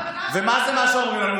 ומה זה מה שאומרים לנו?